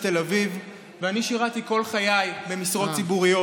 תל אביב ואני שירתי כל חיי במשרות ציבוריות.